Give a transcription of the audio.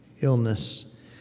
illness